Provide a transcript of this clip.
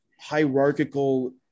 hierarchical